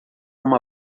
uma